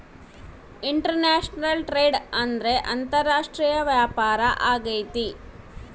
international trade ಅಂದ್ರೆ ಅಂತಾರಾಷ್ಟ್ರೀಯ ವ್ಯಾಪಾರ ಆಗೈತೆ